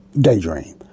daydream